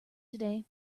today